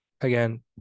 Again